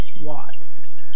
Watts